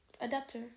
adapter